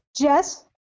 Jess